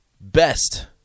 best